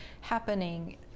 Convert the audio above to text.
happening